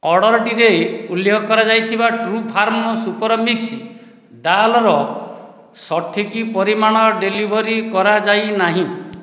ଅର୍ଡ଼ରଟିରେ ଉଲ୍ଲେଖ କରାଯାଇଥିବା Trufarm super mix ଡାଲ୍ର ସଠିକ୍ ପରିମାଣ ଡେଲିଭରି କରାଯାଇନାହିଁ